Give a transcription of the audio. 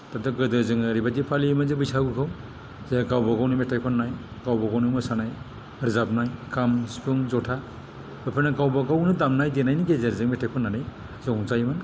दा गोदो जोङो ओरैबायदि फालियोमोन जे बैसागुखौ जे गावबा गावनो मेथाइ खननाय गावबा गावनो मोसानाय रोजाबनाय खाम सिफुं जथा बेफोरनो गावबा गावनो दामनाय देनायनि गेजेरजों मेथाइ खननानै रंजायोमोन